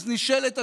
אז נשאלת השאלה: